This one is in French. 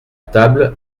table